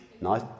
Nice